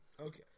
Okay